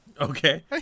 Okay